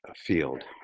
ah field.